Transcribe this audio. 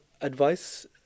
advice